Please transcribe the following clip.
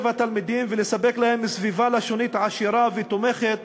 התלמידים ולספק להם סביבה לשונית עשירה ותומכת